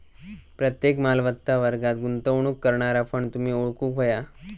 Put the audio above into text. प्रत्येक मालमत्ता वर्गात गुंतवणूक करणारा फंड तुम्ही ओळखूक व्हया